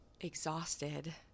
exhausted